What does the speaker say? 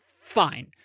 fine